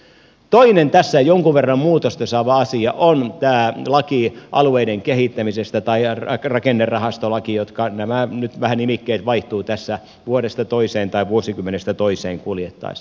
toinen tässä jonkun verran muutosta saava asia on tämä laki alueiden kehittämisestä tai rakennerahastolaki mitkä nimikkeet nyt vähän vaihtuvat tässä vuodesta toiseen tai vuosikymmenestä toiseen kuljettaessa